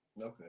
Okay